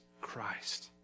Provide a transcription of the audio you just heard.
Christ